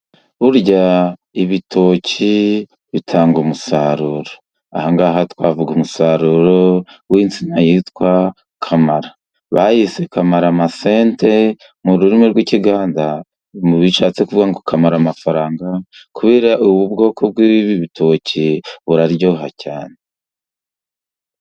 Burya ibitoki bitanga umusaruro. Ahangaha twavuga umusaruro w'insina yitwa kamara. Bayise kamaramasente mu rurimi rw'Ikiganda mu bishatse kuvuga kamaramafaranga, kubera ubu bwoko bw'ibi bitoki, buraryoha cyane.